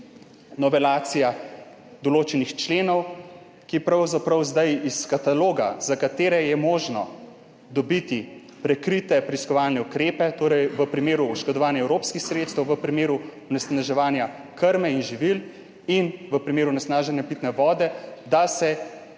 novelacija določenih členov, ki so pravzaprav iz kataloga, za katere je možno dobiti prikrite preiskovalne ukrepe, torej v primeru oškodovanja evropskih sredstev, v primeru onesnaževanja krme in živil in v primeru onesnaženja pitne vode, da se